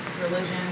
religion